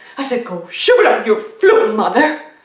i said, go shove it up your floop mother.